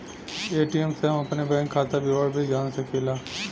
ATM से हम अपने बैंक खाता विवरण भी जान सकीला